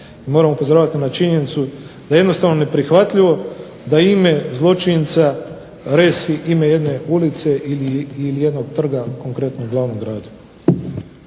moramo upozoravati na činjenicu da je jednostavno neprihvatljivo da ime zločinca resi ime jedne ulice ili jednog trga, konkretno u glavnom gradu.